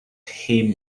him